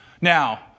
Now